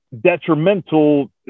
detrimental